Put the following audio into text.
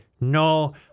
no